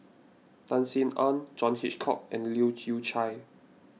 Tan Sin Aun John Hitchcock and Leu Yew Chye